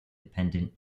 dependent